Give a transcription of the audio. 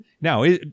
Now